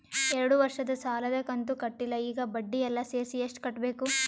ಎರಡು ವರ್ಷದ ಸಾಲದ ಕಂತು ಕಟ್ಟಿಲ ಈಗ ಬಡ್ಡಿ ಎಲ್ಲಾ ಸೇರಿಸಿ ಎಷ್ಟ ಕಟ್ಟಬೇಕು?